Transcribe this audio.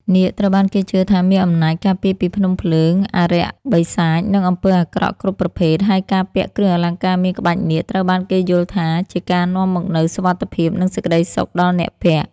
នាគត្រូវបានគេជឿថាមានអំណាចការពារពីភ្នំភ្លើង អារក្សបិសាច និងអំពើអាក្រក់គ្រប់ប្រភេទ ហើយការពាក់គ្រឿងអលង្ការមានក្បាច់នាគ ត្រូវបានគេយល់ថាជាការនាំមកនូវ សុវត្ថិភាព និង សេចក្តីសុខ ដល់អ្នកពាក់។